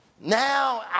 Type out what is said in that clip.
Now